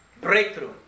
breakthrough